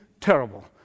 terrible